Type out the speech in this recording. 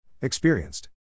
Experienced